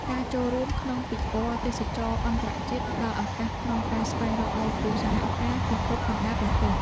ការចូលរួមក្នុងពិព័រណ៍ទេសចរណ៍អន្តរជាតិផ្តល់ឱកាសក្នុងការស្វែងរកដៃគូសហការពីគ្រប់បណ្តាប្រទេស។